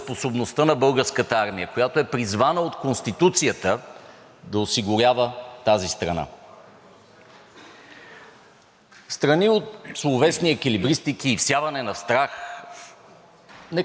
Встрани от словесни еквилибристики и всяване на страх, нека да си поговорим за кратко за Българската армия – някога толкова славна и сега толкова изоставена.